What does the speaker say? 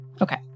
Okay